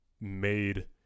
made